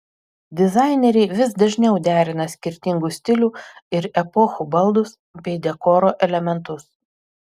dizaineriai vis dažniau derina skirtingų stilių ir epochų baldus bei dekoro elementus